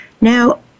Now